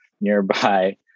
nearby